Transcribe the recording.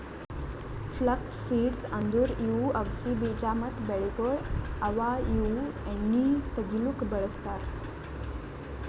flux seeds ಅಂದುರ್ ಇವು ಅಗಸಿ ಬೀಜ ಮತ್ತ ಬೆಳೆಗೊಳ್ ಅವಾ ಇವು ಎಣ್ಣಿ ತೆಗಿಲುಕ್ ಬಳ್ಸತಾರ್